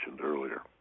earlier